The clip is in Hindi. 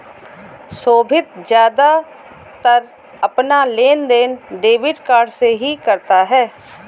सोभित ज्यादातर अपना लेनदेन डेबिट कार्ड से ही करता है